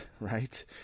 Right